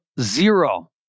zero